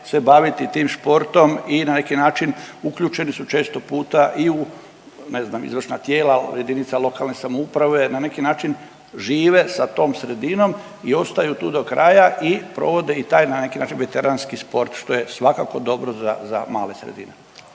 se baviti tim športom i na neki način uključeni su često puta i u ne znam izvršna tijela jedinica lokalne samouprave, na neki način žive sa tom sredinom i ostaju tu do kraja i provode i taj na neki način veteranski sport što je svakako dobro za male sredine.